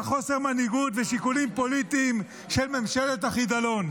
חוסר מנהיגות ושיקולים פוליטיים של ממשלת החידלון.